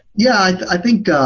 yeah i think